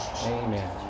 Amen